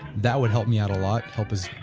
that would help me out a lot, help